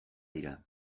dira